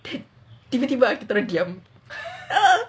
tiba-tiba kita orang diam